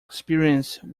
experience